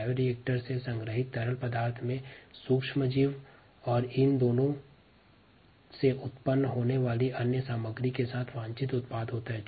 bioreactor से संग्रहित तरल पदार्थ में सुक्ष्मजीव और इनसे उत्पन्न होने विभिन्न जैव रसायनों के साथ वंछित उत्पाद होता है